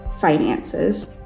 finances